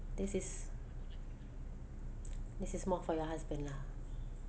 this is this is more for your husband lah